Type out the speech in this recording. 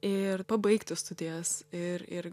ir pabaigti studijas ir ir